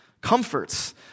Comforts